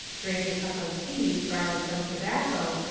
drank a cup of tea, borrowed some tobacco,